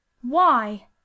Why